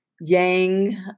yang